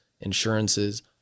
insurances